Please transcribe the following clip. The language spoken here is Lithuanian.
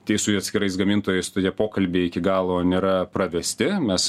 tei sui atskirais gamintojais tokie pokalbiai iki galo nėra pravesti mes